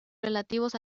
relativos